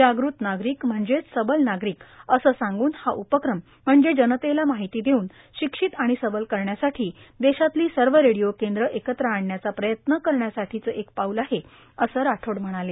जाग़त नागरीक म्हणजेच सबल नागरीक असे सांगून हा उपक्रम म्हणजे जनतेला माहिती देऊन शिक्षित आणि सबल करण्यासाठी देशातली सर्व रेडिओ केंद्र एकत्र आणण्याचा प्रयत्न करण्यासाठीचे एक पाऊल आहे असे राठोड म्हणाले